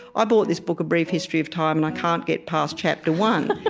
i bought this book a brief history of time, and i can't get past chapter one.